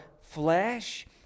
flesh